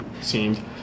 Seemed